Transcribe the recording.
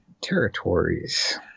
territories